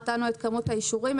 נתנו את כמות האישורים,